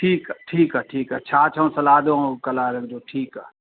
ठीकु आहे ठीकु आहे ठीकु आहे छाछ ऐं सलाद ऐं कराए रखिजो ठीकु आहे